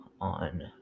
on